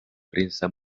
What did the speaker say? prensa